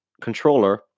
controller